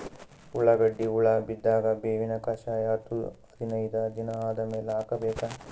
ಉಳ್ಳಾಗಡ್ಡಿಗೆ ಹುಳ ಬಿದ್ದಾಗ ಬೇವಿನ ಕಷಾಯ ಹತ್ತು ಹದಿನೈದ ದಿನ ಆದಮೇಲೆ ಹಾಕಬೇಕ?